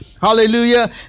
hallelujah